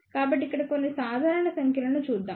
కాబట్టి ఇక్కడ కొన్ని సాధారణ సంఖ్యలను చూద్దాం